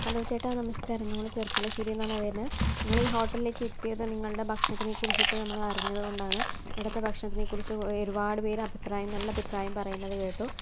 hello ചേട്ടാ നമസ്കാരം നമ്മള് ചെറുപ്പുളശ്ശേരിന്നാണ് വരുന്നത് ഞങ്ങളീ ഹോട്ടലിലേക്ക് എത്തിയത് നിങ്ങളുടെ ഭക്ഷണത്തിനെ കുറിച്ചിട്ട് നമ്മള് അറിഞ്ഞതുകൊണ്ടാണ് ഇവിടെത്തെ ഭക്ഷണത്തെ കുറിച്ച് ഒരുപാട് പേര് അഭിപ്രായം നല്ല അഭിപ്രായം പറയുന്നത് കേട്ടു